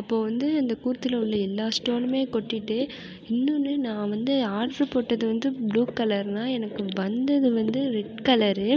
அப்போது வந்து அந்த கூர்த்தியில் உள்ள எல்லா ஸ்டோனுமே கொட்டிட்டு இன்னுன்னு நான் வந்து ஆசைப்பட்டது வந்து ப்ளூ கலர்னால் எனக்கு வந்தது வந்து ரெட் கலரு